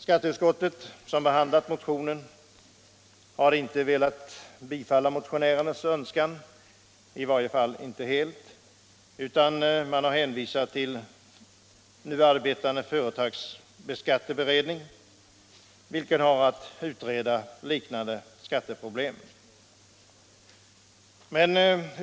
Skatteutskottet, som behandlat motionen, har inte helt velat tillmötesgå motionärernas önskemål utan hänvisat till den nu arbetande företagsskatteberedningen, vilken har att utreda liknande skatteproblem.